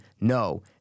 no